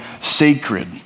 sacred